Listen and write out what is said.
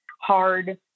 hard